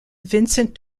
vincent